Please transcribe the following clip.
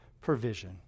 provision